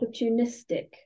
opportunistic